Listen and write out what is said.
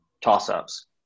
toss-ups